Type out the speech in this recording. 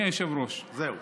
זהו.